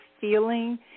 feeling